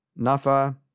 NAFA